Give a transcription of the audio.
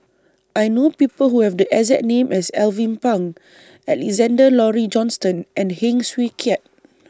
I know People Who Have The exact name as Alvin Pang Alexander Laurie Johnston and Heng Swee Keat